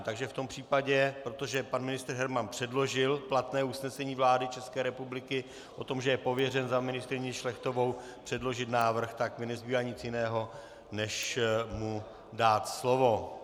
Takže v tom případě, protože pan ministr Herman předložil platné usnesení vlády České republiky o tom, že je pověřen za ministryni Šlechtovou předložit návrh, nezbývá mi nic jiného než mu dát slovo.